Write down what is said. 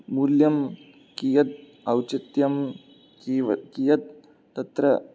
मूल्यं कियत् औचित्यं कि कियत् तत्र